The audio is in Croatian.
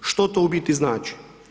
Što to u biti znači?